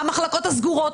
המחלקות הסגורות,